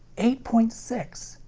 eight point six!